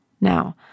Now